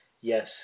Yes